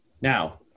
Now